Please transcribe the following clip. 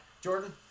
Jordan